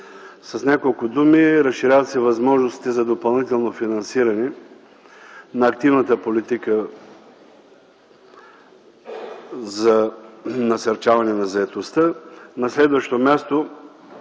С няколко думи – разширяват се възможностите за допълнително финансиране на активната политика за насърчаване на заетостта.